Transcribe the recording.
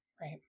right